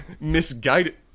Misguided